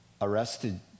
arrested